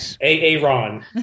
Aaron